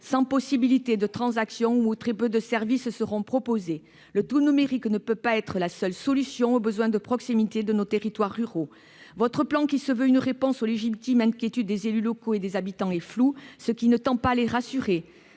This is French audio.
sans possibilité de transactions, et où très peu de services seront proposés. Le tout-numérique ne peut pas être la seule solution aux besoins de proximité de nos territoires ruraux. Votre plan, qui se veut une réponse aux légitimes inquiétudes des élus locaux et des habitants, est flou, ce qui ne tend pas à les rassurer.